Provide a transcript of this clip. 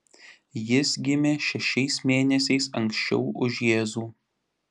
jis gimė šešiais mėnesiais anksčiau už jėzų